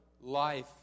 life